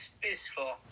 peaceful